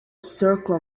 circle